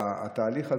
התהליך הזה,